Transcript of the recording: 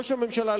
ראש הממשלה,